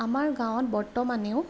আমাৰ গাঁৱত বৰ্তমানেও